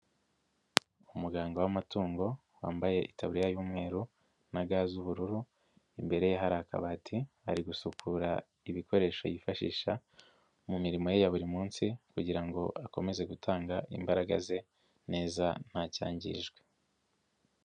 Umuganga w'amatungo wambaye itaburiya y'umweru na ga z'ubururu, imbere ye hari akabati ari gusukura ibikoresho yifashisha, mu mirimo ye ya buri munsi, kugira ngo akomeze gutanga imbaraga ze neza ntacyangirijwe.